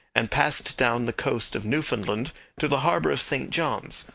and passed down the coast of newfoundland to the harbour of st john's,